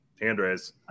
Andres